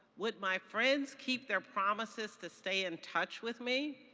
would my friends keep their promises to stay in touch with me?